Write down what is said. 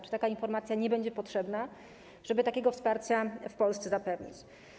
Czy taka informacja nie będzie potrzebna, żeby takie wsparcie w Polsce zapewnić?